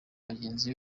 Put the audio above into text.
bagenzi